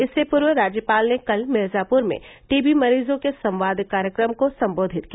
इससे पूर्व राज्यपाल ने कल मिर्जापूर में टीबी मरीजों के संवाद कार्यक्रम को सम्बोधित किया